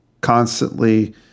constantly